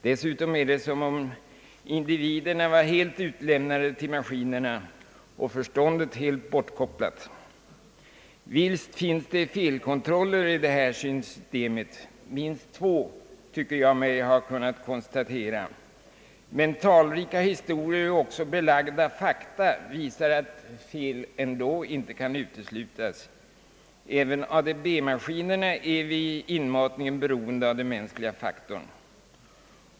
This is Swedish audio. Individerna tycks dessutom vara helt utlämnade åt maskinerna, och förståndet helt bortkopplat. Visst finns det felkontroller i systemet — minst två, tycker jag mig ha kunnat konstatera — men talrika historier och även belagda fakta visar att fel dock inte kan uteslutas; även ADB-maskinerna är vid inmatningen beroende av den mänskliga faktorn.